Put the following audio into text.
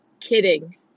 Kidding